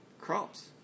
Crops